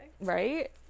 Right